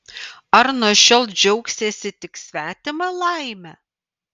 ar nuo šiol džiaugsiesi tik svetima laime